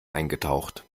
eingetaucht